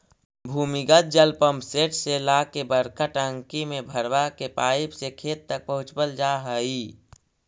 भूमिगत जल पम्पसेट से ला के बड़का टंकी में भरवा के पाइप से खेत तक पहुचवल जा हई